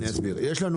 אני אסביר.